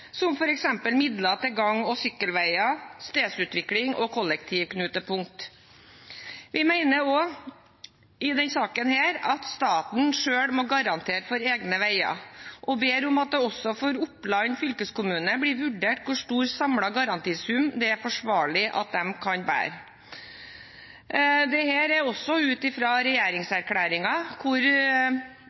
som f.eks. midler til gang- og sykkelveier, stedsutvikling og kollektivknutepunkt. Vi mener også i denne saken at staten selv må garantere for egne veier, og ber om at det også for Oppland fylkeskommune blir vurdert hvor stor samlet garantisum det er forsvarlig at de kan bære. Dette er også ut